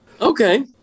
Okay